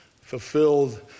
Fulfilled